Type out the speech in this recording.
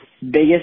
biggest